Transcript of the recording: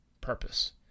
purpose